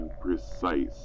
precise